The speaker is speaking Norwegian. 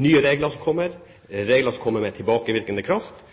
nye regler – regler med tilbakevirkende kraft, og regler som